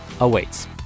awaits